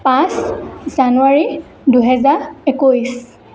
পাঁচ জানুৱাৰী দুহেজাৰ একৈছ